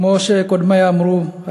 כמו שקודמי אמרו,